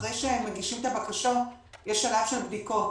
אחרי שמגישים את הבקשות, יש שלב של בדיקות.